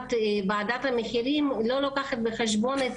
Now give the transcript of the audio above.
שקובעת ועדת המחירים לא לוקח בחשבון את